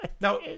Now